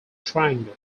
triangle